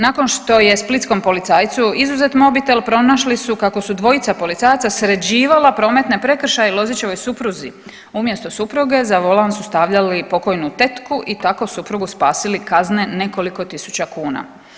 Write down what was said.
Nakon što je splitskom policajcu izuzet mobitel pronašli su kako su dvojica policajaca sređivala prometne prekršaje Lozićevoj supruzi, umjesto supruge za volan su stavljali pokojnu tetku i tako suprugu spasili kazne nekoliko tisuća kuna.